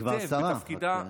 כי תפקידה,